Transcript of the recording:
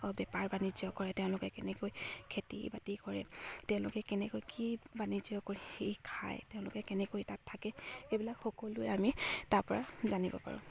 বেপাৰ বাণিজ্য কৰে তেওঁলোকে কেনেকৈ খেতি বাতি কৰে তেওঁলোকে কেনেকৈ কি বাণিজ্য কৰি সি খায় তেওঁলোকে কেনেকৈ তাত থাকে এইবিলাক সকলোৱে আমি তাৰ পৰা জানিব পাৰোঁ